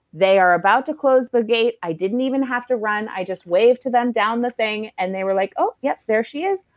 they are about to close the gate. i didn't even have to run. i just waved to them down the thing and they were like, oh, yep, there she is.